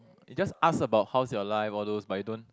it just ask about how's your life all those but it don't